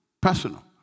personal